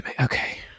okay